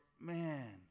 man